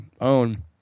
own